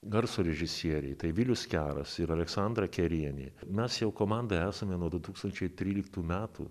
garso režisieriai tai vilius keras ir aleksandra kerienė mes jau komanda esame nuo du tūkstančiai tryliktų metų